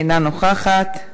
אינה נוכחת,